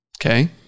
Okay